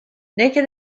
naked